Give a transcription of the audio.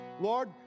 lord